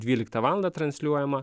dvyliktą valandą transliuojama